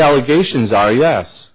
allegations are yes